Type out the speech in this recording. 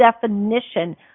definition